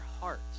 heart